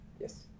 yes